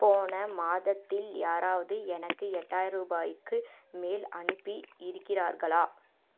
போன மாதத்தில் யாராவது எனக்கு எட்டாய ரூபாய்க்கு மேல் அனுப்பி இருக்கிறார்களா